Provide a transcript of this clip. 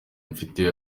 mfite